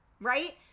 right